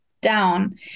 down